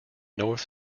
north